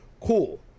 cool